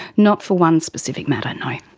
not for one specific matter, no.